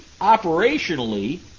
operationally